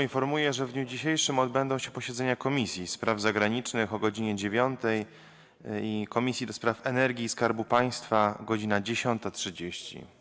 Informuję, że w dniu dzisiejszym odbędą się posiedzenia Komisji: - Spraw Zagranicznych - godz. 9, - do Spraw Energii i Skarbu Państwa - godz. 10.30.